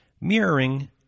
mirroring